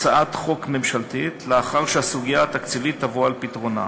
את הצעת החוק הממשלתית לאחר שהסוגיה התקציבית תבוא על פתרונה.